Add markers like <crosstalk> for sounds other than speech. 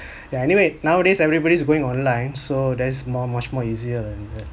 <breath> ya anyway nowadays everybody's going online so that's more much more easier lah than that